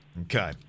Okay